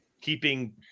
keeping